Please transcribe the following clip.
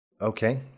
Okay